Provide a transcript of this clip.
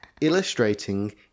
illustrating